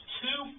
two